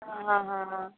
ആ ഹാ ഹാ